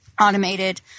automated